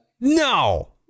No